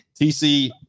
tc